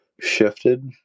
shifted